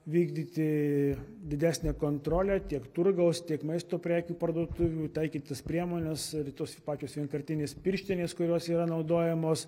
vykdyti didesnė kontrolė tiek turgaus tiek maisto prekių parduotuvių taikyt tas priemones ir tos pačios vienkartinės pirštinės kurios yra naudojamos